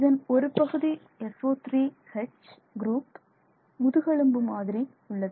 இதன் ஒரு பகுதி SO3H குரூப் முதுகெலும்பு மாதிரி உள்ளது